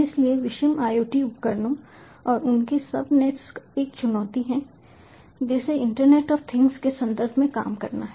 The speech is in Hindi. इसलिए विषम IoT उपकरणों और उनके सबनेट्स एक चुनौती है जिसे इंटरनेट ऑफ थिंग्स के संदर्भ में काम करना है